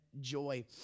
joy